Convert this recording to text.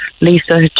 Lisa